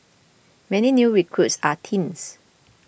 many new recruits are teens